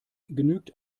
genügt